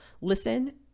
listen